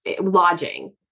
lodging